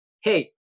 Hey